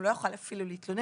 הוא לא יכול היה אפילו להתלונן,